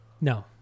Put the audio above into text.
No